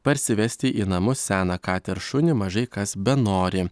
parsivesti į namus seną katę ar šunį mažai kas benori